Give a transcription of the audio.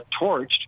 torched